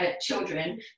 children